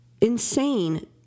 insane